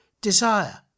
desire